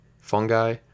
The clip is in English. fungi